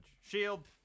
Shield